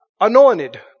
anointed